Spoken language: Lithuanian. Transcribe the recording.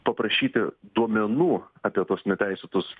paprašyti duomenų apie tuos neteisėtus